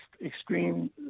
extreme